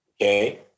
okay